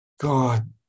god